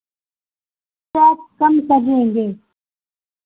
सौ कम कटेंगे